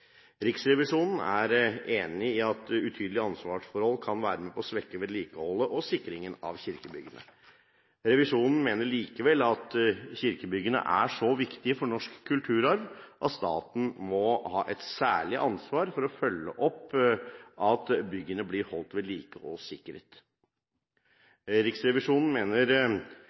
Riksrevisjonen er enig i at utydelige ansvarsforhold kan være med på å svekke vedlikeholdet og sikringen av kirkebyggene. Riksrevisjonen mener likevel at kirkebyggene er så viktige for norsk kulturarv at staten må ha et særlig ansvar for å følge opp at byggene blir holdt ved like og sikret. Riksrevisjonen mener